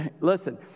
listen